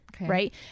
right